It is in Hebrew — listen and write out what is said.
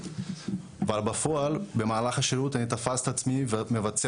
אבל בפועל במהלך השירות אני תפסתי את עצמי מבצע